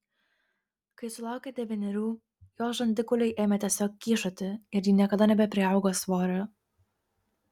kai sulaukė devynerių jos žandikauliai ėmė tiesiog kyšoti ir ji niekada nebepriaugo svorio